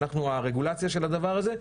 אנחנו הרגולציה של הדבר הזה.